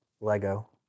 Lego